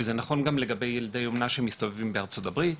וזה נכון גם לגבי ילדי אומנה שמסתובבים בארה"ב,